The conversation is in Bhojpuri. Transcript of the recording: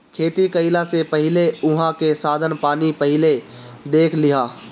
खेती कईला से पहिले उहाँ के साधन पानी पहिले देख लिहअ